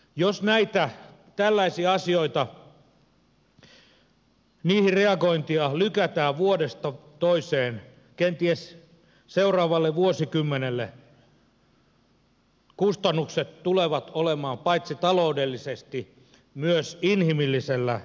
jos näitä tällaisia asioita niihin reagointia lykätään vuodesta toiseen kenties seuraavalle vuosikymmenelle kustannukset tulevat olemaan paitsi taloudellisesti myös inhimillisellä tasolla suorastaan hirvittävät